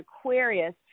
Aquarius